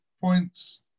points